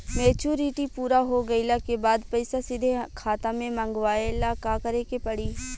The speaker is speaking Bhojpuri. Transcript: मेचूरिटि पूरा हो गइला के बाद पईसा सीधे खाता में मँगवाए ला का करे के पड़ी?